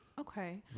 Okay